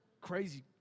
Crazy